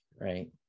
right